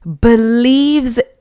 believes